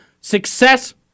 success